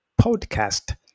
Podcast